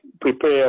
prepare